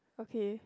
okay